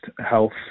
health